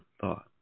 thought